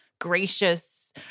gracious